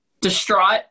distraught